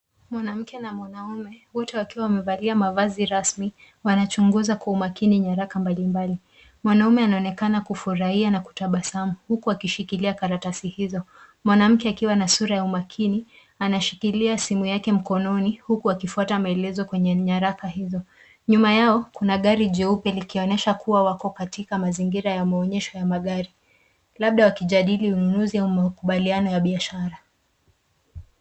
Mwanamke na mwanaume wote wakiwa wamevalia mavazi rasmi wanachunguza kwa umakini nyaraka mbalimbali, mwanaume anaonekana kufurahia na kutabasamu huku akishikilia karatasi hizo mwanamke akiwa na sura ya umakini anashikilia simu yake mkononi huku akifuata maelezo kwenye nyaraka hizo, nyuma yao kuna gari jeupe likionyesha kuwa wako katika mazingira ya maonyesho ya magari labda wakijadili ununuzi au makubaliano ya biashara.